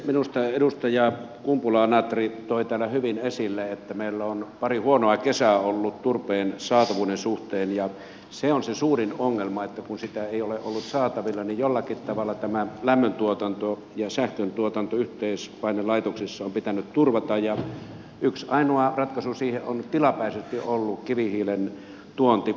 minusta edustaja kumpula natri toi täällä hyvin esille että meillä on pari huonoa kesää ollut turpeen saatavuuden suhteen ja se on se suurin ongelma että kun sitä ei ole ollut saatavilla niin jollakin tavalla tämä lämmöntuotanto ja sähköntuotanto yhteispainelaitoksissa on pitänyt turvata ja yksi ainoa ratkaisu siihen on tilapäisesti ollut kivihiilen tuonti